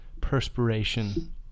perspiration